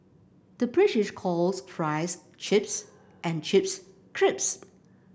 the British calls fries chips and chips crisps